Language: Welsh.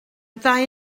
ddau